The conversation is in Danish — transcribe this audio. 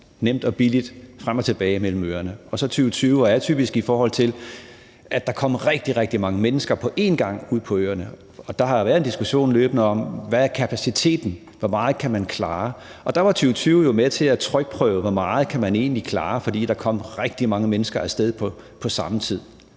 nemt og billigt frem og tilbage mellem øerne. Og så handler det om, at 2020 er atypisk, i forhold til at der kom rigtig, rigtig mange mennesker på én gang ud på øerne. Og der har løbende været en diskussion om, hvad kapaciteten er, og hvor meget man kan klare. Og der var 2020 jo med til at trykprøve, hvor meget man egentlig kan klare, fordi der kom rigtig mange mennesker på samme tid.